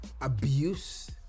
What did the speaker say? abuse